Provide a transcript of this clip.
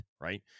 right